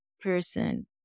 person